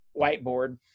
whiteboard